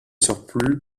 surplus